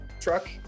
truck